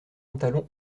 montalon